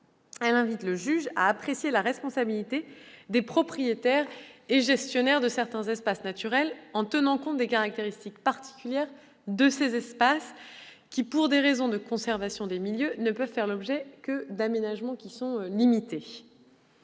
elle invite le juge à apprécier la responsabilité des propriétaires et gestionnaires de certains espaces naturels, en tenant compte des caractéristiques particulières de ces espaces, qui, pour des raisons de conservation des milieux, ne peuvent faire l'objet que d'aménagements limités.